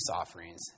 offerings